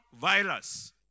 virus